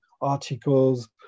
articles